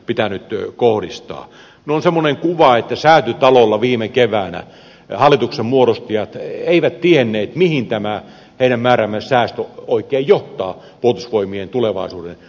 minulla on sellainen kuva että säätytalolla viime keväänä hallituksen muodostajat eivät tienneet mihin nämä heidän määräämänsä säästöt oikein johtavat puolustusvoimien tulevaisuuden osalta